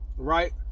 Right